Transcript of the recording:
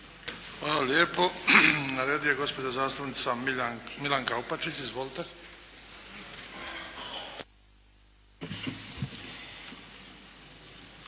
Hvala lijepo. Na redu je gospođa zastupnica Milanka Opačić. Izvolite!